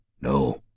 No